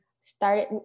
started